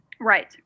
Right